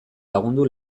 lagundu